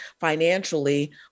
financially